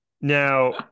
Now